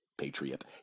Patriot